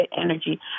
energy